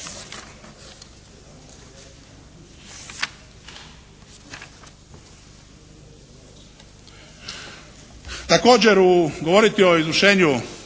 Također govoriti o izvršenju